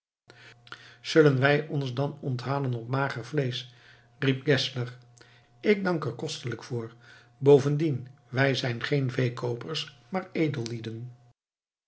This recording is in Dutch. zullen wij ons dan onthalen op mager vleesch riep geszler ik dank er kostelijk voor bovendien wij zijn geen veekoopers maar edellieden